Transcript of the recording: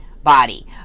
body